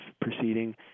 proceeding